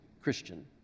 Christian